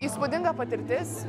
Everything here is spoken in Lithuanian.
įspūdinga patirtis